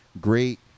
great